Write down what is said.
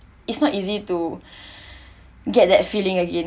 it's not easy to get that feeling again